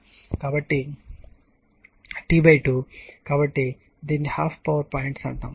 కాబట్టి t 2 కాబట్టి దీనిని హాఫ్ పవర్ పాయింట్ అంటారు